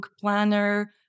planner